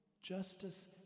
justice